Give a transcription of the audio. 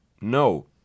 no